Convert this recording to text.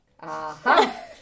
Aha